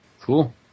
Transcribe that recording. Cool